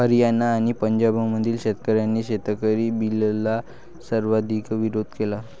हरियाणा आणि पंजाबमधील शेतकऱ्यांनी शेतकरी बिलला सर्वाधिक विरोध केला